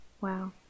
wow